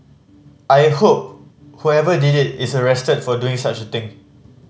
I hope whoever did it is arrested for doing such a thing